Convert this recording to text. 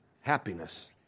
Happiness